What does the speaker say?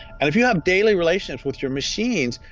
and if you have daily relationships with your machines,